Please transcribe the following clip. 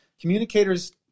Communicators